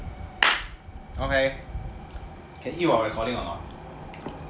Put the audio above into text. okay can eat while recording or not